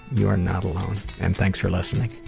you are not alone. and thanks for listening.